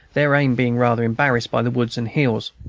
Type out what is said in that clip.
their aim being rather embarrassed by the woods and hills.